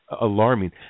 alarming